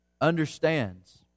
understands